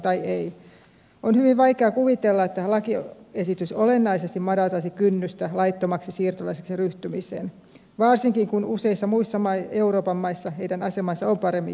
on hyvin vaikea kuvitella että lakiesitys olennaisesti madaltaisi kynnystä laittomaksi siirtolaiseksi ryhtymiseen varsinkin kun useissa muissa euroopan maissa heidän asemansa on paremmin järjestetty